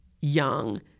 young